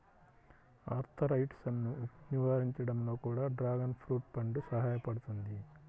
ఆర్థరైటిసన్ను నివారించడంలో కూడా డ్రాగన్ ఫ్రూట్ పండు సహాయపడుతుంది